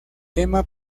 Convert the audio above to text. tema